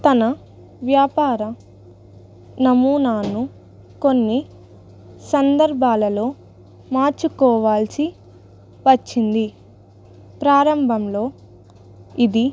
తన వ్యాపార నమూనాను కొన్ని సందర్భాలలో మార్చుకోవాల్సి వచ్చింది ప్రారంభంలో ఇది